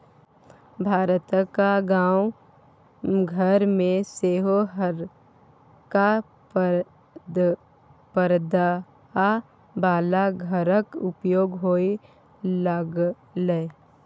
भारतक गाम घर मे सेहो हरका परदा बला घरक उपयोग होए लागलै